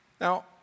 Now